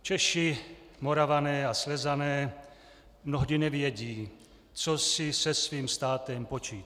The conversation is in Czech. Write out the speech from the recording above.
Češi, Moravané a Slezané mnohdy nevědí, co si se svým státem počít.